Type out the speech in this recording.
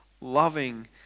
loving